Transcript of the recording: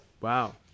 Wow